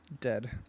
dead